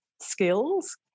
skills